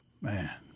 Man